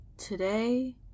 Today